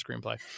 screenplay